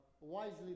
wisely